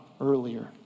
earlier